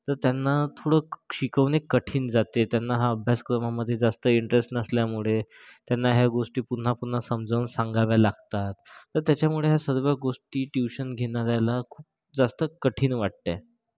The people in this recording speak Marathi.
तर त्यांना थोडं शिकवणे कठीण जाते त्यांना हा अभ्यासक्रमामध्ये जास्त इंट्रेस नसल्यामुळे त्यांना ह्या गोष्टी पुन्हा पुन्हा समजावून सांगाव्या लागतात तर त्याच्यामुळे ह्या सर्व गोष्टी ट्युशन घेणाऱ्याला खूप जास्त कठीण वाटतं आहे